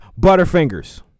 Butterfingers